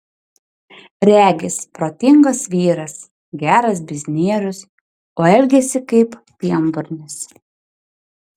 regis protingas vyras geras biznierius o elgiasi kaip pienburnis